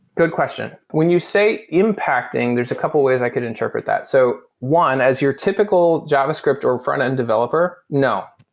good question. when you say impacting, there's a couple ways i could interpret that. so one, as your typical javascript or front-end developer, no,